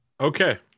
Okay